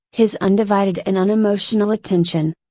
his undivided and unemotional attention.